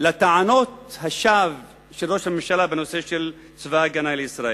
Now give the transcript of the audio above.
לטענות השווא של ראש הממשלה בנושא של צבא-ההגנה לישראל.